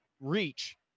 reach